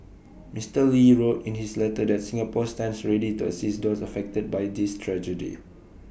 Mister lee wrote in his letter that Singapore stands ready to assist those affected by this tragedy